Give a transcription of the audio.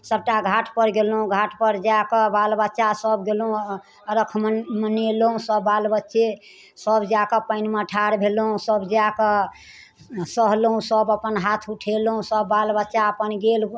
सबटा घाटपर गेलहुँ घाटपर जाकऽ बाल बच्चा सब गेलहुँ अरख मनेलहुँ सब बाल बच्चे सब जाकऽ पानिमे ठाढ भेलहुँ सब जाकऽ सहलहुँ सब अपन हाथ उठेलहुँ सब बाल बच्चा अपन गेल